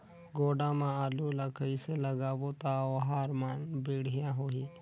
गोडा मा आलू ला कइसे लगाबो ता ओहार मान बेडिया होही?